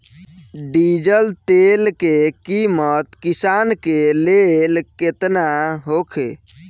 Diesel तेल के किमत किसान के लेल केतना होखे?